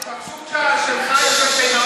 דודי, השקשוקה שלך יותר טעימה